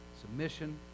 Submission